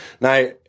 Now